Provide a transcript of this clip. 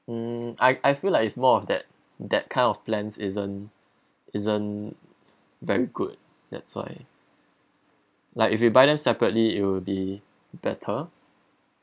hmm I I feel like it's more of that that kind of plans isn't isn't very good that's why like if you buy them separately it'll be better